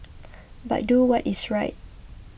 but do what is right